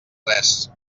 tres